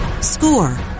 score